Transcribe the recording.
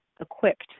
equipped